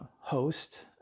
host